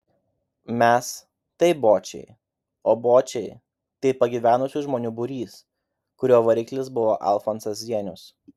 mes tai bočiai o bočiai tai pagyvenusių žmonių būrys kurio variklis buvo alfonsas zienius